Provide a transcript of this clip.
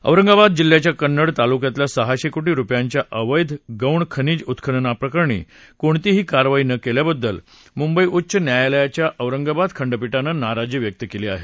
औरंगाबाद जिल्ह्याच्या कन्नड तालुक्यातल्या सहाशे कोटी रुपयांच्या अवैध गोण खनिज उत्खननप्रकरणी कोणतीही कारवाई न केल्याबद्दल मुंबई उच्च न्यायालयाच्या औरंगाबाद खंडपीठानं नाराजी व्यक्त केली आहे